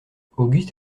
auguste